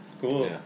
cool